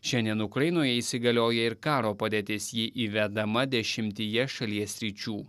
šiandien ukrainoje įsigalioja ir karo padėtis ji įvedama dešimtyje šalies sričių